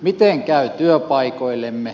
miten käy työpaikoillemme